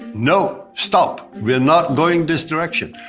no, stop. we're not going this direction.